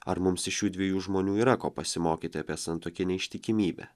ar mums iš šių dviejų žmonių yra ko pasimokyti apie santuokinę ištikimybę